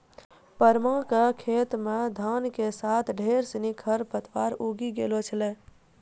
परमा कॅ खेतो मॅ धान के साथॅ ढेर सिनि खर पतवार उगी गेलो छेलै